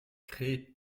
créée